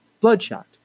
Bloodshot